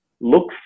Look